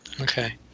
okay